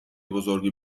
بزرگی